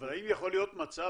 אבל האם יכול להיות מצב,